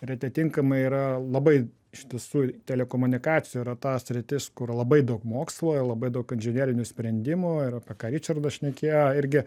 ir atitinkamai yra labai iš tiesų telekomunikacijų yra ta sritis kur labai daug mokslo ir labai daug inžinerinių sprendimų ir apie ką ričardas šnekėjo irgi